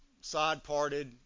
side-parted